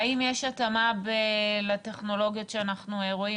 האם יש התאמה לטכנולוגיות שאנחנו רואים